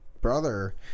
Brother